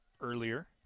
earlier